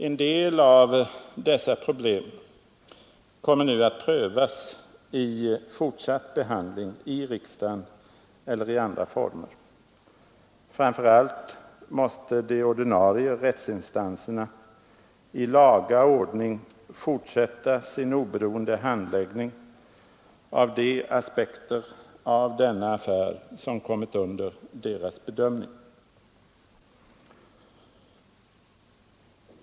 En del av dessa problem kommer nu att prövas i fortsatt behandling i riksdagen eller i andra former. Framför allt måste de ordinarie rätts instanserna i laga ordning fortsätta sin oberoende handläggning av de aspekter av denna affär som kommit under deras bedömning.